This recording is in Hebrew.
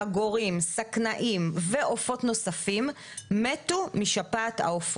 ורובן הושמדו על ידי קצף.